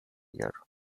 year